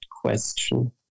question